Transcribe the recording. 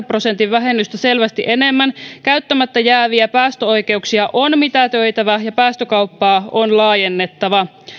prosentin vähennystä selvästi enemmän käyttämättä jääviä päästöoikeuksia on mitätöitävä ja päästökauppaa on laajennettava